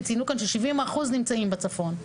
ו-70% נמצאים בצפון,